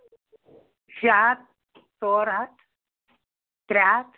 شےٚ ہَتھ ژور ہتھ ترٛےٚ ہتھ